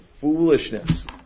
foolishness